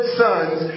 sons